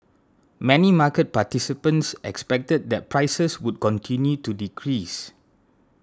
many market participants expected that prices would continue to decrease